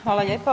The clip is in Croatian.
Hvala lijepa.